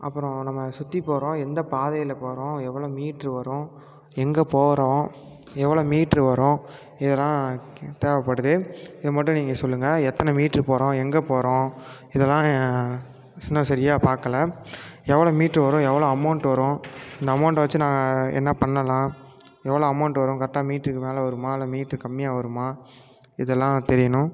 அப்புறம் நம்ம சுற்றி போகறோம் எந்த பாதையில் போகறோம் எவ்வளோ மீட்டரு வரும் எங்கே போகறோம் எவ்வளோ மீட்டரு வரும் இதெல்லாம் தேவைப்படுது இதுமட்டும் நீங்கள் சொல்லுங்கள் எத்தனை மீட்டரு போகறோம் எங்கே போகறோம் இதெல்லாம் இன்னும் சரியா பார்க்கல எவ்வளோ மீட்டரு வரும் எவ்வளோ அமெளண்ட்டு வரும் இந்த அமெளண்ட்டை வச்சு நான் என்ன பண்ணலாம் எவ்வளோ அமெளண்ட்டு வரும் கரெக்டாக மீட்டருக்கு மேலே வருமா இல்லை மீட்டரு கம்மியாக வருமா இதெல்லாம் தெரியணும்